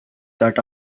that